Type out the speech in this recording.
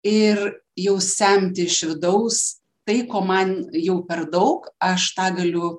ir jau semti iš vidaus tai ko man jau per daug aš tą galiu